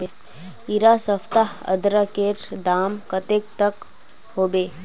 इडा सप्ताह अदरकेर औसतन दाम कतेक तक होबे?